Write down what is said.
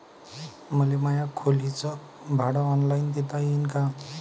मले माया खोलीच भाड ऑनलाईन देता येईन का?